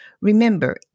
Remember